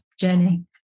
journey